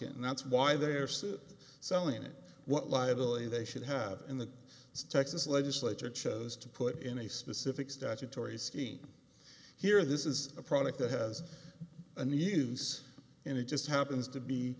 and that's why they're sued selling it what liability they should have in the texas legislature chose to put in a specific statutory scheme here this is a product that has a noose and it just happens to be